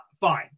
fine